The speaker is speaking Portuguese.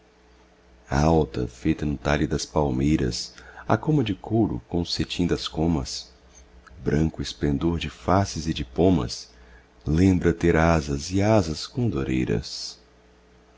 alta feita no talhe das palmeiras a coma de ouro com o cetim das comas branco esplendor de faces e de pomas lembra ter asas e asas condoreiras